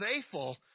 faithful